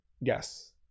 Yes